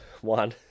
one